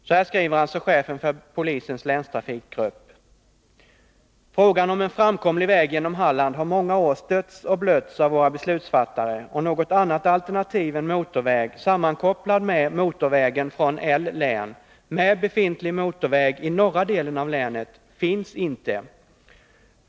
Så här skriver alltså chefen för polisens länstrafikgrupp: ”Frågan om en framkomlig väg genom Halland har många år stötts och blötts av våra beslutsfattare och något annat alternativ än motorväg sammankopplad med motorvägen från L-län med befintlig motorväg i norra delen av länet finns inte.